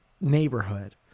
neighborhood